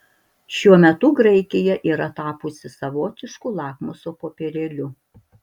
šiuo metu graikija yra tapusi savotišku lakmuso popierėliu